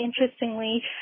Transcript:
interestingly